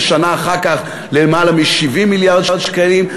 ושנה אחר כך ללמעלה מ-70 מיליארד שקלים.